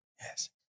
Yes